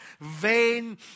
vain